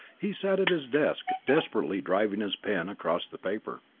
he sat at his desk desperately driving his pen across the paper.